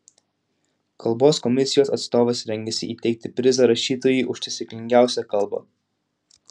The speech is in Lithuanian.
kalbos komisijos atstovas rengiasi įteikti prizą rašytojui už taisyklingiausią kalbą